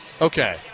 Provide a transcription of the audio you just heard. Okay